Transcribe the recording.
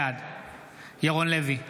בעד ירון לוי,